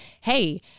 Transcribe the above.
hey